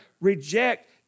reject